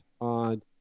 on